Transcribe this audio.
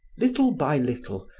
little by little,